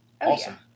awesome